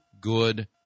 good